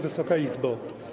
Wysoka Izbo!